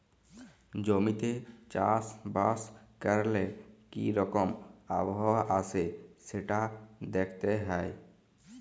জমিতে চাষ বাস ক্যরলে কি রকম আবহাওয়া আসে সেটা দ্যাখতে হ্যয়